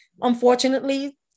unfortunately